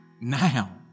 now